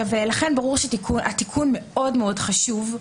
לכן ברור שהתיקון מאוד מאוד חשוב.